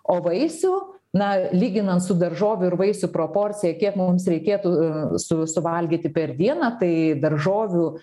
o vaisių na lyginant su daržovių ir vaisių proporcija kiek mums reikėtų su suvalgyti per dieną tai daržovių